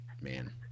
man